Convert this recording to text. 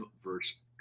verse